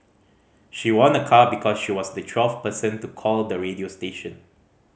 she won a car because she was the twelfth person to call the radio station